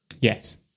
Yes